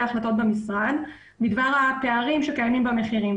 ההחלטות במשרד בדבר הפערים שקיימים במחירים.